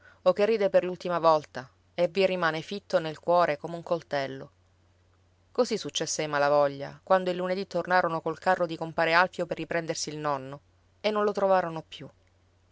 o che ride per l'ultima volta e vi rimane fitto nel cuore come un coltello così successe ai malavoglia quando il lunedì tornarono col carro di compar alfio per riprendersi il nonno e non lo trovarono più